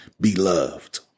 beloved